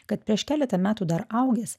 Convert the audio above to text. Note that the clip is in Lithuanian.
kad prieš keletą metų dar augęs